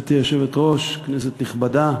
גברתי היושבת-ראש, כנסת נכבדה,